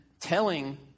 telling